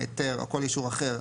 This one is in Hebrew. ביתר או כל אישור אחר,